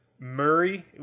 Murray